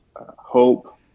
Hope